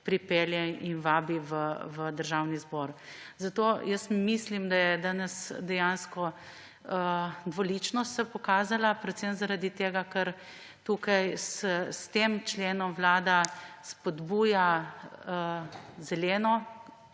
pripelje in vabi v Državni zbor. Zato mislim, da je danes dejansko dvoličnost se pokazala predvsem zaradi tega, ker tukaj s tem členom Vlada spodbuja zeleno,